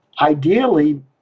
ideally